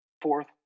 Fourth